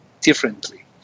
differently